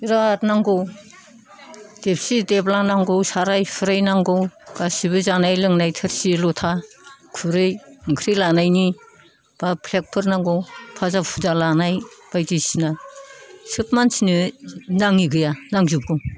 बिराद नांगौ देबसि देब्ला नांगौ साराय सुराय नांगौ गासैबो जानाय लोंनाय थोरसि लथा खुरै ओंख्रि लानायनि बा प्लेटफोर नांगौ भाजा भुजा लानाय बायदिसिना सोब मानसिनो नाङि गैया नांजोबगौ